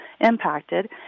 impacted